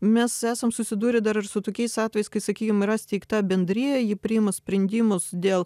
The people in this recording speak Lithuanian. mes esam susidūrę dar ir su tokiais atvejais kai sakykim yra steigta bendrija ji priima sprendimus dėl